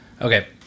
okay